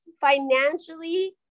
financially